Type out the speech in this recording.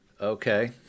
okay